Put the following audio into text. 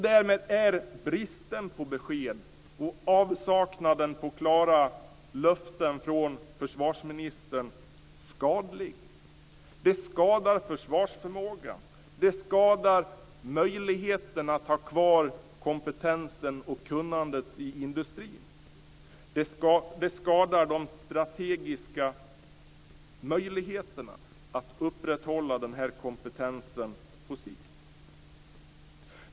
Därmed är bristen på besked och avsaknaden av klara löften från försvarsministern skadlig. Det skadar försvarsförmågan. Det skadar möjligheten att behålla kompetensen och kunnandet i industrin. Det skadar de strategiska möjligheterna att upprätthålla denna kompetens på sikt.